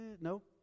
nope